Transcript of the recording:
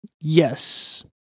yes